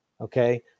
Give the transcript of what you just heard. Okay